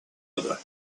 other